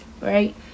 right